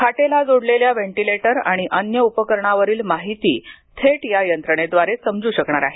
खाटेला जोडलेल्या व्हेंटीलेटर आणि अन्य उपकरणांवरील माहिती थेट या यंत्रणेद्वारे समजू शकणार आहे